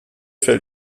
fällt